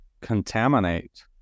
contaminate